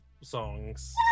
songs